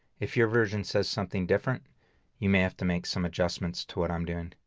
if your version says something different you may have to make some adjustments to what i'm doing.